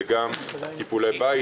וגם טיפולי בית.